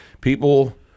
People